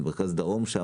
במרכז-דרום,